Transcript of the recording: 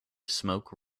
smoke